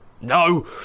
No